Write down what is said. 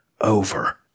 over